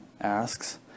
asks